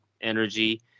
energy